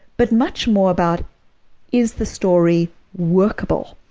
but much more about is the story workable?